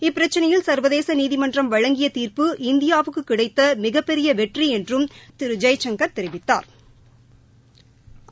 இப்பிரச்சினையில் சா்வதேச நீதிமன்றம் வழங்கிய தீாப்பு இந்தியாவுக்கு கிடைத்த மிகப்பெரிய வெற்றி என்றும் திரு ஜெய்சங்கள் தெரிவித்தாா்